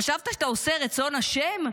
חשבת שאתה עושה רצון השם.